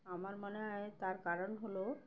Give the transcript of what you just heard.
আমার মনে হয় তার কারণ হলো